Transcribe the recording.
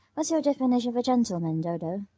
what's your definition of a gentleman, dodo?